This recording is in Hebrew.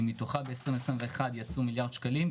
מתוכם ב-2021 יצאו מיליארד שקלים,